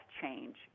change